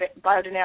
biodynamic